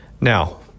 Now